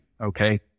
okay